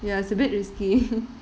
ya it's a bit risky